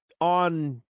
on